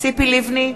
ציפי לבני,